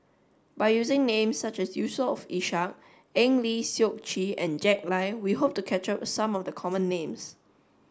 by using names such as Yusof Ishak Eng Lee Seok Chee and Jack Lai we hope to capture some of the common names